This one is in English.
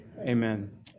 amen